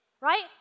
right